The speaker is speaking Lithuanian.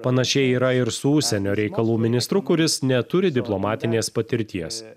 panašiai yra ir su užsienio reikalų ministru kuris neturi diplomatinės patirties